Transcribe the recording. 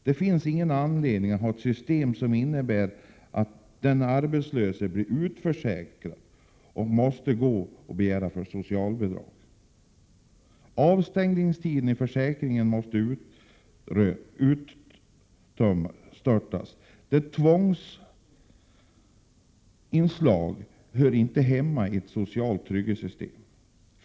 Det finns ingen anledning att ha ett system som innebär att den arbetslöse blir utförsäkrad och måste begära socialbidrag. —- Avstängningstiden i försäkringen måste utmönstras. Detta tvångsinslag hör inte hemma i ett socialt trygghetssystem.